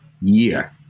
year